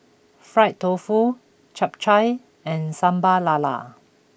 Fried Tofu Chap Chai and Sambal Lala